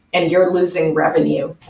and you're losing revenue.